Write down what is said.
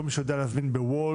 כל מי שיודע להזמין בוולט,